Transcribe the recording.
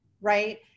right